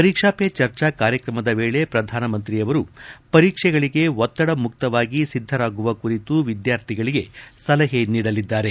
ಪರೀಕ್ಷಾ ಪೇ ಚರ್ಚಾ ಕಾರ್ಯಕ್ರಮದ ವೇಳೆ ಶ್ರಧಾನಮಂತ್ರಿ ಅವರು ಪರೀಕ್ಷೆಗಳಿಗೆ ಒತ್ತಡ ಮುಕ್ತವಾಗಿ ಸಿದ್ದರಾಗುವ ಕುರಿತು ವಿದ್ಯಾರ್ಥಿಗಳಿಗೆ ಸಲಹೆ ನೀಡಲಿದ್ದಾರೆ